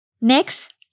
Next